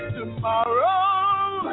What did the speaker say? Tomorrow